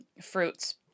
fruits